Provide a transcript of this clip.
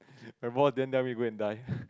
my boss then I will be going to die